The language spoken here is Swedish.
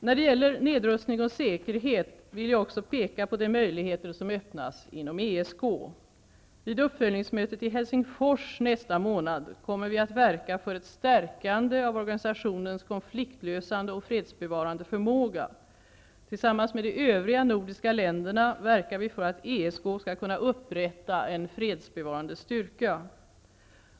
När det gäller nedrustning och säkerhet vill jag också peka på de möjligheter som öppnas inom ESK. Vid uppföljningsmötet i Helsingfors nästa månad kommer vi att verka för ett stärkande av organisationens konfliktlösande och fredsbevarande förmåga. Tillsammans med de övriga nordiska länderna verkar vi för att ESK skall kunna upprätta en fredsbevarande styrka.